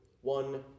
one